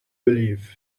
believe